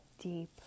deep